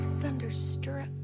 thunderstruck